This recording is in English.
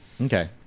Okay